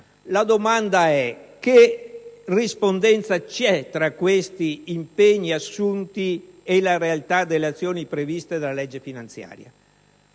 La domanda è: che rispondenza c'è tra questi impegni assunti e la realtà delle azioni previste dalla legge finanziaria?